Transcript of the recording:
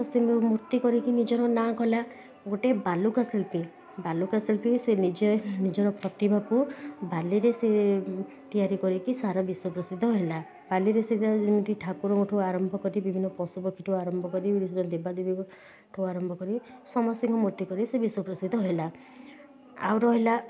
ତ ସେ ମୁ ମୂର୍ତ୍ତି କରିକି ନିଜର ନାଁ କଲା ଗୋଟେ ବାଲୁକା ଶିଳ୍ପୀ ବାଲୁକା ଶିଳ୍ପୀ ସେ ନିଜେ ନିଜର ପ୍ରତିଭାକୁ ବାଲିରେ ସେ ତିଆରି କରିକି ସାରା ବିଶ୍ୱ ପ୍ରସିଦ୍ଧ ହେଲା ବାଲିରେ ସେ ଯେମିତି ଠାକୁରଙ୍କ ଠୁ ଆରମ୍ଭ କରିକି ବିଭିନ୍ନ ପଶୁପକ୍ଷୀ ଠୁ ଆରମ୍ଭ କରି ବିଭିନ୍ନ ଦେବାଦେବୀଙ୍କ ଠୁ ଆରମ୍ଭ କରି ସମସ୍ତଙ୍କ ମୂର୍ତ୍ତି କରି ସେ ବିଶ୍ଵ ପ୍ରସିଦ୍ଧ ହେଲା ଆଉ ରହିଲା